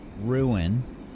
ruin